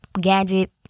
gadget